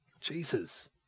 Jesus